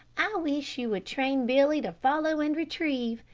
i wish you would train billy to follow and retrieve.